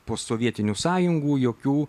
posovietinių sąjungų jokių